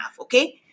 okay